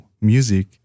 music